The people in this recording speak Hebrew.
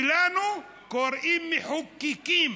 ולנו קוראים מחוקקים.